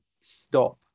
stop